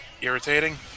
irritating